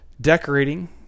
decorating